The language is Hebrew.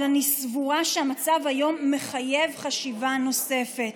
אבל אני סבורה שהמצב היום מחייב חשיבה נוספת.